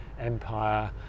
Empire